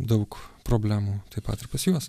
daug problemų taip pat ir pas juos